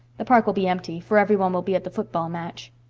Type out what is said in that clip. the park will be empty, for every one will be at the football match.